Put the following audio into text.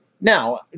now